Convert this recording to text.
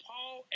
Paul